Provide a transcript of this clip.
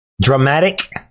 dramatic